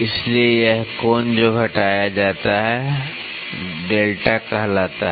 इसलिए यह कोण जो घटाया जाता है कहलाता है